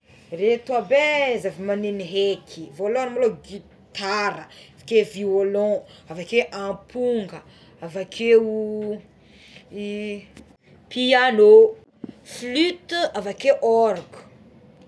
Ireto aby é zavamagnegno eky voalohany maloha gitara, avakeo violon, avakeo amponga, avakeo oo piano, flute, avakeo orga.